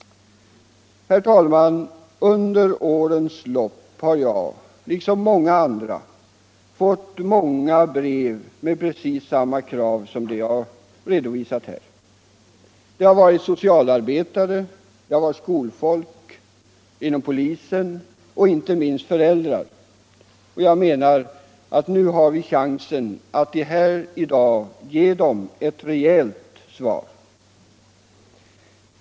Herr talman! Under årens lopp har jag liksom många andra fått åtskilliga brev med samma krav som det jag redovisat här. De har kommit från socialarbetare, skolfolk, polis och inte minst föräldrar, och jag anser att nu har vi chansen att ge ett rejält svar.